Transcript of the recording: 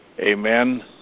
Amen